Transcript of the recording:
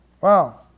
Wow